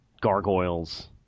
gargoyles